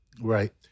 Right